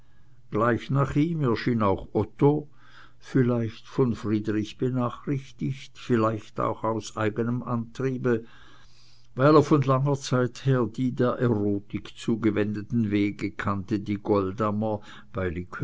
gleich nach ihm erschien auch otto vielleicht von friedrich benachrichtigt vielleicht auch aus eignem antriebe weil er von langer zeit her die der erotik zugewendeten wege kannte die goldammer